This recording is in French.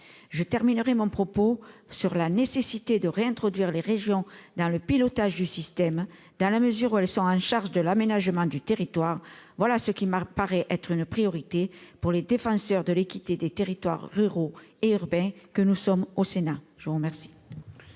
Je conclurai en insistant sur la nécessité de réintroduire les régions dans le pilotage du système, dans la mesure où elles sont en charge de l'aménagement du territoire. Il s'agit, à mon sens, d'une priorité, pour les défenseurs de l'équité des territoires ruraux et urbains que nous sommes, au Sénat. La parole